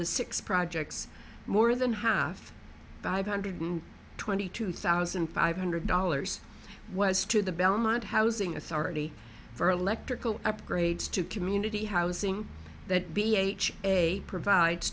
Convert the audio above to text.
the six projects more than half five hundred twenty two thousand five hundred dollars was to the belmont housing authority for electrical upgrades to community housing that b h a provides